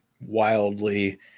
wildly